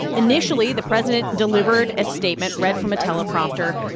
initially, the president delivered a statement, read from a teleprompter,